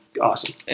awesome